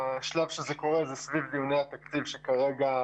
השלב שזה קורה זה סביב דיוני התקציב שכרגע